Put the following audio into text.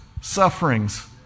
sufferings